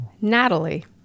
Natalie